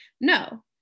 no